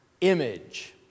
image